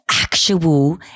actual